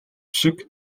шиг